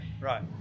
right